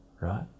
right